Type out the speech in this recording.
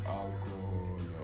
alcohol